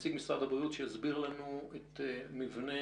נציג משרד הבריאות שיסביר לנו את מבנה